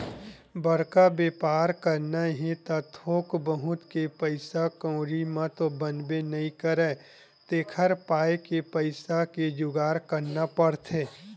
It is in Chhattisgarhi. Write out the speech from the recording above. बड़का बेपार करना हे त थोक बहुत के पइसा कउड़ी म तो बनबे नइ करय तेखर पाय के पइसा के जुगाड़ करना पड़थे